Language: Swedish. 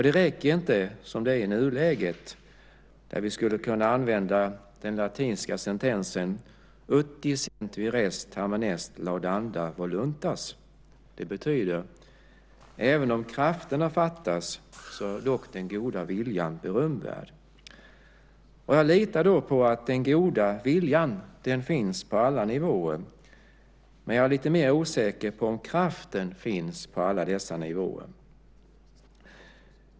Det räcker inte som det är i nuläget, där vi skulle kunna använda den latinska sentensen: Ut desint vires, tamen est laudanda voluntas - även om krafterna fattas är dock den goda viljan berömvärd. Jag litar på att den goda viljan finns på alla nivåer, men jag är lite mer osäker på om kraften finns på alla dessa nivåer.